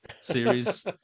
series